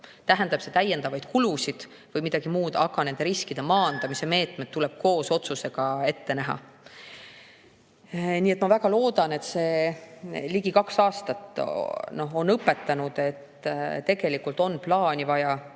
Tähendagu see täiendavaid kulutusi või midagi muud, aga riskide maandamise meetmed tuleb koos otsusega ette näha. Ma väga loodan, et need kaks aastat on õpetanud, et tegelikult on vaja